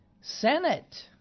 Senate